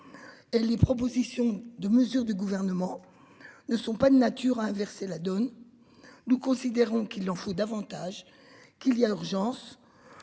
Et les propositions de mesures du gouvernement. Ne sont pas de nature à inverser la donne. Nous considérons qu'il en faut davantage qu'il y a urgence.